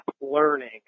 learning